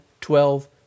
twelve